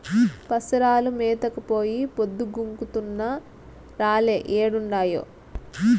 పసరాలు మేతకు పోయి పొద్దు గుంకుతున్నా రాలే ఏడుండాయో